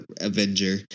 Avenger